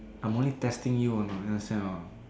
I'm only testing you or not understand or not